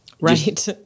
Right